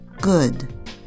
good